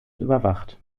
überwacht